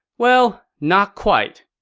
well, not quite.